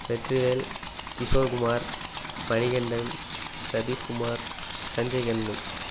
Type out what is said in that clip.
Vetrivel Kishore Kumar Manikandan Sathish Kumar Sanjay Kannan